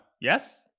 Yes